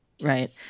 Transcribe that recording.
right